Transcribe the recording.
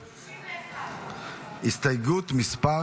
61. הסתייגות מס'